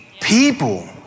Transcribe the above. people